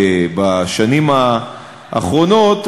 בשנים האחרונות,